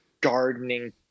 gardening